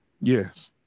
Yes